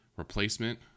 replacement